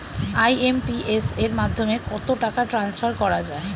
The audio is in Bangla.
আই.এম.পি.এস এর মাধ্যমে কত টাকা ট্রান্সফার করা যায়?